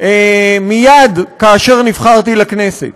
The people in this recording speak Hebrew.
מייד כאשר נבחרתי לכנסת,